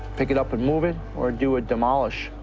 pick it up and move it, or do a demolish.